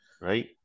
right